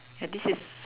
ya this is